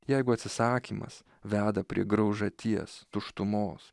jeigu atsisakymas veda prie graužaties tuštumos